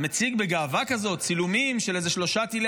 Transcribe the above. מציג בגאווה כזאת צילומים של איזה שלושה טילי